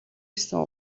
гэсэн